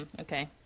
okay